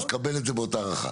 אז קבל את זה באותה הערכה.